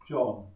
John